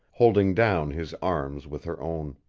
holding down his arms with her own.